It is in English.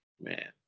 Man